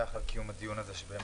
אני מאוד שמח על קיום הדיון הזה שבאמת,